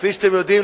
כפי שאתם יודעים,